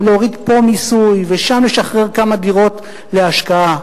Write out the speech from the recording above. להוריד פה מיסוי ושם לשחרר כמה דירות להשקעה,